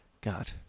god